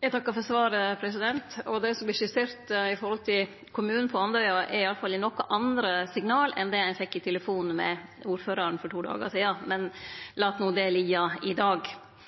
Eg takkar for svaret. Det som vart skissert når det gjeld kommunen på Andøya, er iallfall nokre andre signal enn dei eg fekk i telefonsamtale med ordføraren for to dagar sidan. Men lat no det liggje i dag.